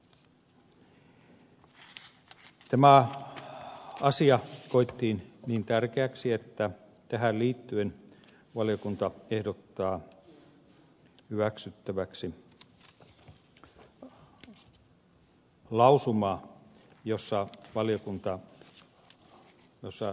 tämä asia koettiin niin tärkeäksi että tähän liittyen valiokunta ehdottaa hyväksyttäväksi seuraavan lausuman